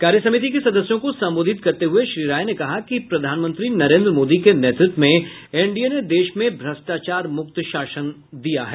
कार्यसमिति के सदस्यों को संबोधित करते हुए श्री राय ने कहा कि प्रधानमंत्री नरेन्द्र मोदी के नेतृत्व में एनडीए ने देश में भ्रष्टाचार मुक्त शासन दिया है